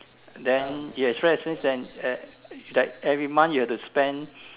then you expensive then that every month you have to spend